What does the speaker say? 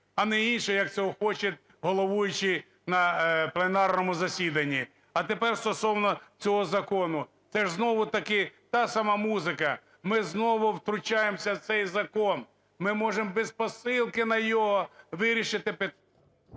а не інше, як цього хоче головуючий на пленарному засіданні. А тепер стосовно цього закону. Це ж знову-таки та сама музика. Ми знову втручаємося в цей закон. Ми можемо без посилки на нього вирішити…